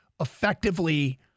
effectively